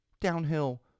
downhill